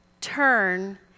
Turn